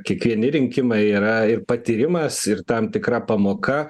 kiekvieni rinkimai yra ir patyrimas ir tam tikra pamoka